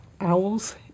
owls